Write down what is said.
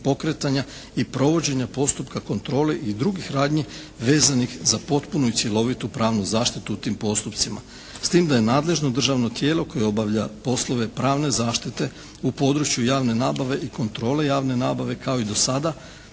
i provođenja postupka kontrole i drugih radnji vezanih za potpunu i cjelovitu pravnu zaštitu u tim postupcima, s tim da je nadležno državno tijelo koje obavlja poslove pravne zaštite u području javne nabave i kontrole javne nabave kao i do sada